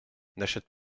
n’achète